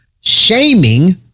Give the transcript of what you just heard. shaming